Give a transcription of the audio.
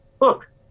look